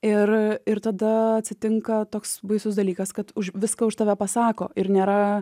ir ir tada atsitinka toks baisus dalykas kad už viską už tave pasako ir nėra